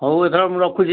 ହଉ ଏଥର ମୁଁ ରଖୁଛି